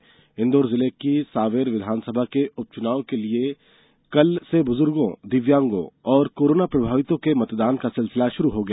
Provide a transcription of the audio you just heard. वहीं इंदौर जिले की सांवरे विधानसभा के उपचुनाव के लिए कल से बुजुर्गों दिव्यांगों और कोरोना प्रभावितों के मतदान का सिलसिला शुरू हो गया